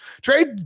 Trade